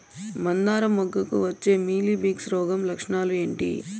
మందారం మొగ్గకు వచ్చే మీలీ బగ్స్ రోగం లక్షణాలు ఏంటి?